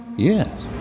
Yes